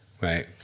right